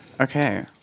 Okay